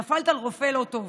נפלת על רופא לא טוב.